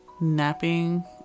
napping